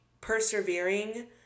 persevering